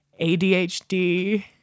ADHD